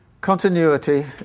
continuity